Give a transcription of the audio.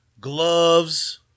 gloves